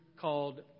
called